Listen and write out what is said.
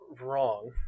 wrong